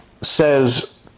says